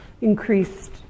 increased